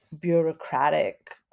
bureaucratic